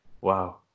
Wow